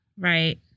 Right